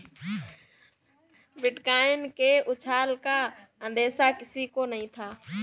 bitcoin के उछाल का अंदेशा किसी को नही था